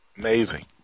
Amazing